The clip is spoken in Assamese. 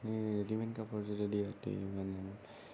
আমি ৰেডিমেড কাপোৰযোৰ যদি ৰেডি মানে